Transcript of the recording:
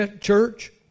church